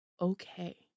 okay